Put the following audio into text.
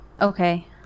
Okay